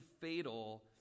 fatal